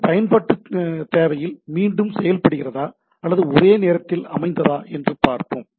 இது பயன்பாட்டுத் தேவையில் மீண்டும் செயல்படுகிறதா அல்லது ஒரே நேரத்தில் அமைந்ததா என்று பார்ப்போம்